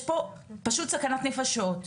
יש פה פשוט סכנת נפשות.